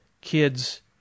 kids